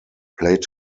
played